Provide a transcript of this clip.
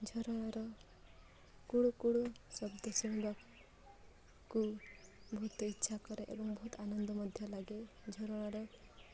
ଝରଣାର କୁଳୁ କୁଳୁ ଶବ୍ଦ ଶୁଣିବାକୁ ବହୁତ ଇଚ୍ଛା କରେ ଏବଂ ବହୁତ ଆନନ୍ଦ ମଧ୍ୟ ଲାଗେ ଝରଣାର